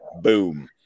boom